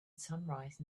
sunrise